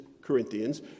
corinthians